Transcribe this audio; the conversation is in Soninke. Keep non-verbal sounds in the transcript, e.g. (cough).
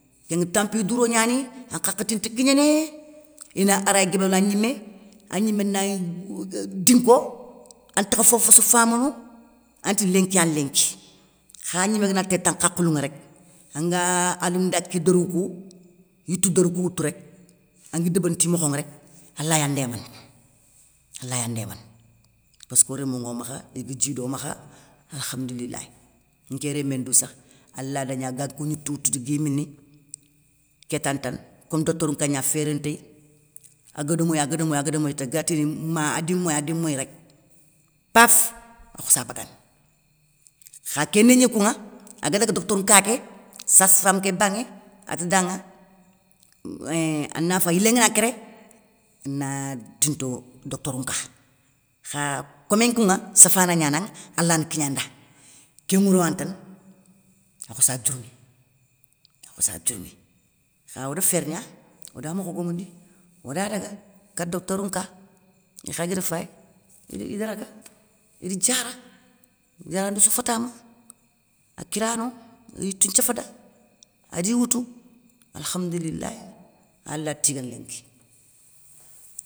Ké ŋa tanpiy douro gnani an khakhati nta kignéné ina aray guébé la gnimé, a gnimé na dinko antakha fofo sou famounou, anti lenki yani lenki kha agnimé gana téré tan hakhilouŋa rek anga alou ndaké déroukou, yitou dérou kou woutou rek, angui débérini ti mokhoŋa rek alaya ndémana, alaya ndémana. Passko rémou ŋo makha i ga djidi wo makha alhamdoulilayi. Nké rémmé ndou sakha, ala da gna ga kou gnitou woutou gui mini alada gna ta comme doctorou nka gnana féréntéyi. A gada moy a gada moy, a gada moy ta gatini ma adi moy adi moy rek paf a khossa bagandi. Kha kendagni kouŋa a ga daga doctorou nka ké sasse femme ké ti daŋa a ti daŋa (hesitation) a na fayi yilé ngana kéré a na tinto doctorou nka kha komé nkouŋa séfa gnanaŋa alayana kignanda. Nké ŋouro yane tane a khossa diourmi, a khossa diourmi kha woda férgna woda mokho gomoundi woda daga katta docteurou nka i kha gada fayi ida ida raga, i da diara diarandé sou fatama. Akira no i da yitou nthiafa da adi woutou, alhamdililyi ayalah tigana lenki.